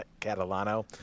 Catalano